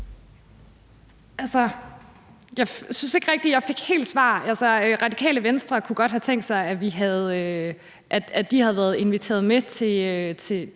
(LA): Jeg synes ikke rigtig, at jeg helt fik svar. Altså, Radikale Venstre kunne godt have tænkt sig, at de havde været inviteret med ind